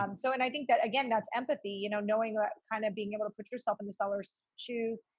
um so, and i think that, again, that's empathy, you know, knowing that kind of being able to put yourself in the seller's shoes,